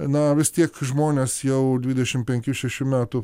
na vis tiek žmonės jau dvidešimt penkių šešių metų